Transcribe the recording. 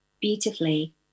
beautifully